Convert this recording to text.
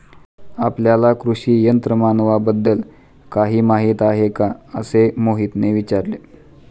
आपल्याला कृषी यंत्रमानवाबद्दल काही माहिती आहे का असे मोहितने विचारले?